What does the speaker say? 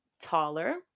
taller